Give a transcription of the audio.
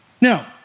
Now